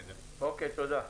תודה.